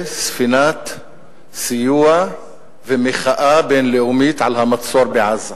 ספינת סיוע ומחאה בין-לאומית על המצור בעזה.